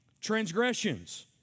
transgressions